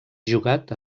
jugat